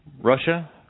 Russia